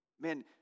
Man